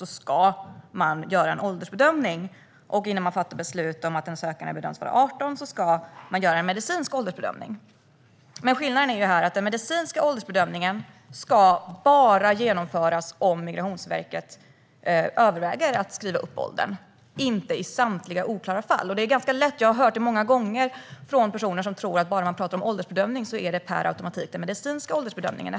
Innan beslut fattas om att den sökande bedöms vara 18 år ska en medicinsk åldersbedömning göras. Skillnaden här är dock att den medicinska åldersbedömningen bara ska genomföras om Migrationsverket överväger att justera upp åldern och inte i samtliga oklara fall. Jag har många gånger hört personer tro att det per automatik är medicinsk åldersbedömning det handlar om bara man pratar om åldersbedömning.